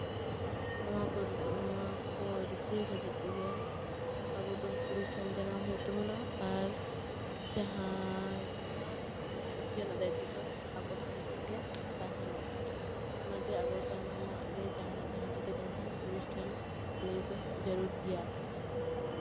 ᱱᱚᱣᱟ ᱠᱚ ᱱᱚᱣᱟ ᱠᱚ ᱨᱩᱠᱷᱭᱟᱹ ᱞᱟᱹᱜᱤᱫ ᱛᱮᱜᱮ ᱟᱵᱚ ᱫᱚ ᱯᱩᱞᱤᱥ ᱴᱷᱮᱱ ᱡᱟᱱᱟᱣ ᱦᱩᱭᱩᱜ ᱛᱟᱵᱚᱱᱟ ᱟᱨ ᱡᱟᱦᱟᱸ ᱨᱮᱱᱟᱜ ᱚᱱᱟ ᱨᱩᱠᱷᱤᱭᱟᱹ ᱨᱮᱱᱟᱜ ᱫᱟᱭᱤᱛᱛᱚ ᱱᱤᱛᱚᱜ ᱫᱚ ᱟᱠᱚ ᱴᱷᱮᱱ ᱜᱮ ᱛᱟᱦᱮᱱᱟ ᱚᱱᱟᱛᱮ ᱟᱵᱚ ᱥᱟᱱᱟᱢᱟᱜ ᱜᱮ ᱡᱟᱦᱟᱱᱟᱜ ᱡᱟᱦᱟᱸ ᱪᱤᱠᱟᱹ ᱞᱮᱱᱠᱷᱟᱱ ᱯᱩᱞᱤᱥ ᱴᱷᱮᱱ ᱞᱟᱹᱭ ᱫᱚ ᱡᱟᱹᱨᱩᱲ ᱜᱮᱭᱟ